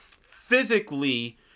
physically